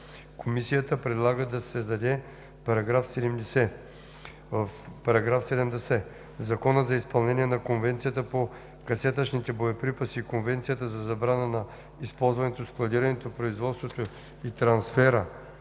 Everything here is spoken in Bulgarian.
Комисията предлага да се създаде § 70: „§ 70. В Закона за изпълнение на Конвенцията по касетъчните боеприпаси и Конвенцията за забраната на използването, складирането, производството и трансфера